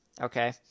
okay